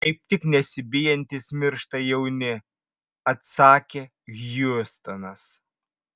kaip tik nesibijantys miršta jauni atsakė hjustonas